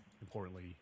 Importantly